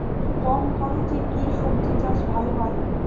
কম খরচে কি সবজি চাষ ভালো হয়?